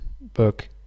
book